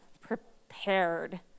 prepared